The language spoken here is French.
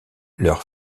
leur